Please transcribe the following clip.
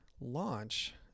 launch